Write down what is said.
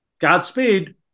Godspeed